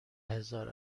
هزار